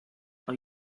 are